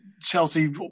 Chelsea